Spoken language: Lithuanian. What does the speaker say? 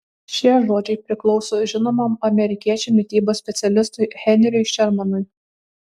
šie žodžiai priklauso žinomam amerikiečių mitybos specialistui henriui šermanui